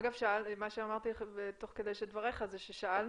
אגב, מה שאמרתי לך תוך כדי דבריך הוא ששאלנו.